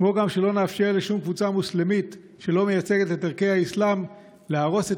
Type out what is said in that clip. כמו שלא נאפשר לשום קבוצה מוסלמית שלא מייצגת את ערכי האסלאם להרוס את